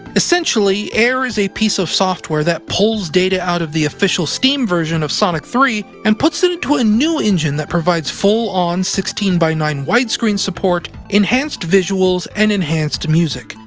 essentially, air is a piece of software that pulls data out of the official steam version of sonic three and puts it in to a new engine that provides full-on sixteen nine widescreen support, enhanced visuals, and enhanced music,